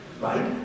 Right